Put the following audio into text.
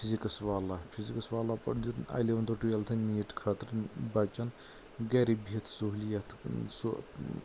physics والا physics والا پٮ۪ٹھ دِیُت الیِونتھٕ ٹُویٚلتھٕ نیٖٹ خٲطرٕ بچن گرِ بہتھ سہولیت